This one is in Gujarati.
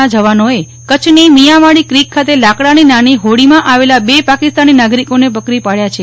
ના જવાનોએ કચ્છની મીયાંવાળી ક્રીક ખાતે લાકડાની નાની હોડીમાં આવેલા બે પાકિસ્તાની નાગરિકોને પકડી પાડ્યા છે